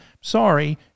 Sorry